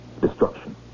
destruction